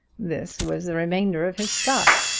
this was the remainder of his stock.